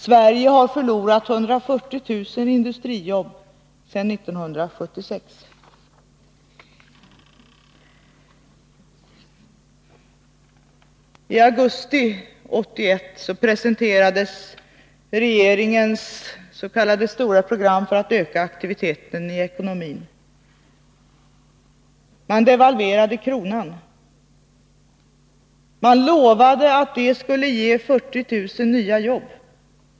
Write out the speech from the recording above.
Sverige har förlorat 140 000 industrijobb sedan 1976. I augusti 1981 presenterade regeringen det s.k. stora programmet för att öka aktiviteten i ekonomin. Man devalverade kronan. Man lovade att det skulle ge 40 000 nya jobb.